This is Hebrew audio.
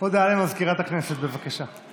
הודעה למזכירת הכנסת, בבקשה.